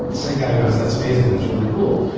and signal goes, that's amazing, that's really cool,